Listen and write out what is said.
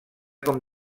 com